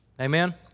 Amen